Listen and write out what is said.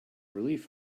relief